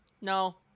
No